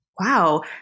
Wow